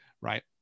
right